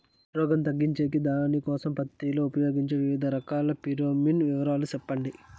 రోగం తగ్గించేకి దానికోసం పత్తి లో ఉపయోగించే వివిధ రకాల ఫిరోమిన్ వివరాలు సెప్పండి